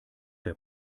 der